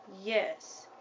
yes